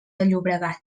llobregat